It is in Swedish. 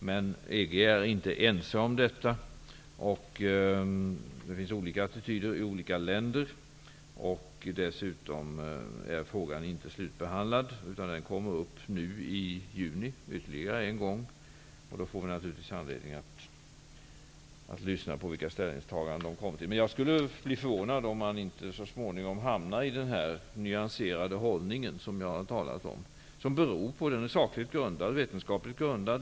Men EG är inte ensamt om detta, och det finns olika attityder i olika länder. Dessutom är frågan inte slutbehandlad utan kommer upp i juni ytterligare en gång, och då får vi anledning att lyssna till de synpunkter som framförs. Jag skulle bli förvånad om man inte så småningom hamnar i den nyanserade hållning som jag har talat om och som är sakligt och vetenskapligt grundad.